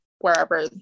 wherever